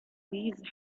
these